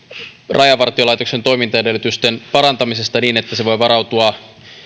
rajavartiolaitoksen toimintaedellytysten parantamisesta niin että se voi varautua